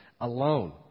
alone